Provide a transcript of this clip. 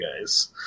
guys